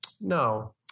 no